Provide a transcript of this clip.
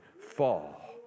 fall